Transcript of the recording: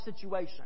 situation